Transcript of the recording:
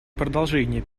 продолжение